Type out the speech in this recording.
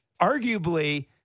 Arguably